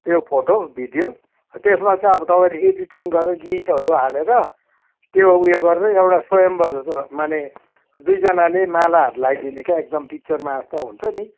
त्यो photo video त्यसमा चाहिँ अब तपाईँले एडिटिङ गरेर गीतहरू हालेर त्यो उयो गरेर एउटा फ्रेम वर्ग त्यो माने दुईजनाले मालाहरू लगाइदिने के एकदम पिक्चरमा जस्तो हुन्छ नि